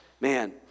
Man